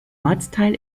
ortsteil